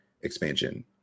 expansion